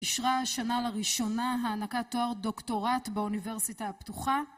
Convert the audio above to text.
אישרה השנה לראשונה הענקת תואר דוקטורט באוניברסיטה הפתוחה